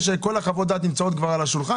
שכל חוות הדעת מונחות כבר על השולחן.